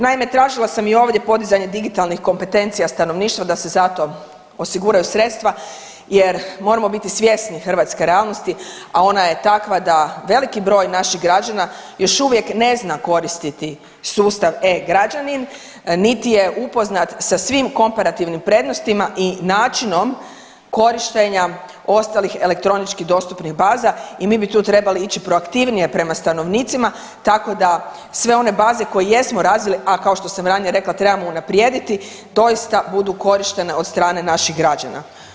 Naime, tražila sam i ovdje podizanje digitalnih kompetencija stanovništva, da se zato osiguraju sredstva jer moramo biti svjesni hrvatske realnosti, a ona je takva da veliki broj naših građana još uvijek ne zna koristiti sustav e-Građanin niti je upoznat sa svim komparativnim prednostima i načinom korištenja ostalih elektroničkih dostupnih baza i mi bi tu trebali ići proaktivnije prema stanovnicima, tako da sve one baze koje jesmo razvili, a kao što sam ranije rekla, trebamo unaprijediti, doista budu korištene od strane naših građana.